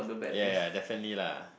ya ya definitely lah